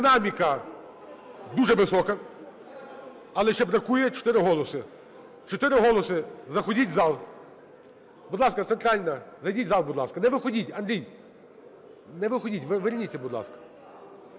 Динаміка дуже висока. Але ще бракує 4 голоси. Чотири голоси, заходіть в зал. Будь ласка, центральна, зайдіть в зал, будь ласка, не виходіть. Андрій, не виходіть, верніться, будь ласка.